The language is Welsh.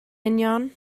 union